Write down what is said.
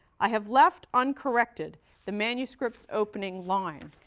i have left uncorrected the manuscript's opening line,